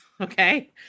okay